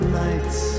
nights